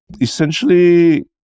essentially